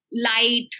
light